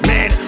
Man